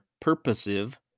purposive